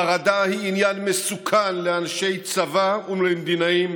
חרדה היא עניין מסוכן לאנשי צבא ולמדינאים,